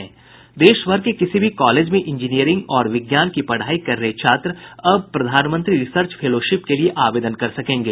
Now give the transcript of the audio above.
देशभर के किसी भी कॉलेज में इंजीनियरिंग और विज्ञान की पढ़ाई कर रहे छात्र अब प्रधानमंत्री रिसर्च फेलोशिप के लिए आवेदन कर सकेंगे